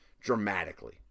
dramatically